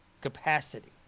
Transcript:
capacity